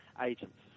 agents